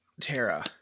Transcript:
Tara